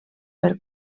per